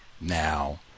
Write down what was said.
Now